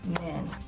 men